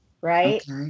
right